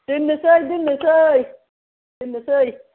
दोननोसै दोननोसै